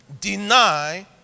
deny